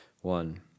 one